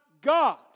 God